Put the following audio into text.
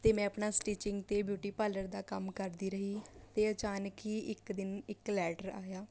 ਅਤੇ ਮੈਂ ਆਪਣਾ ਸਟਿਚਿੰਗ ਅਤੇ ਬਿਊਟੀ ਪਾਲਰ ਦਾ ਕੰਮ ਕਰਦੀ ਰਹੀ ਅਤੇ ਅਚਾਨਕ ਹੀ ਇੱਕ ਦਿਨ ਇੱਕ ਲੈਟਰ ਆਇਆ